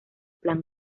plan